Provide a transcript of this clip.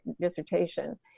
dissertation